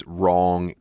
wrong